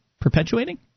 perpetuating